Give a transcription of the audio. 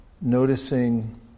noticing